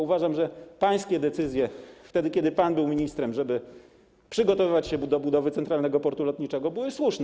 Uważam, że pańskie decyzje wtedy, kiedy pan był ministrem, żeby przygotowywać się do budowy centralnego portu lotniczego, były słuszne.